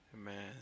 Man